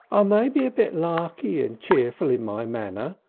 i may be a bit larky and cheerful in my manner,